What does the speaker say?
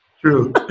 True